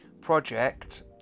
project